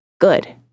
Good